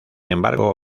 embargo